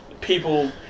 people